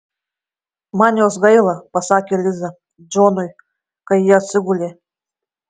man jos gaila pasakė liza džonui kai jie atsigulė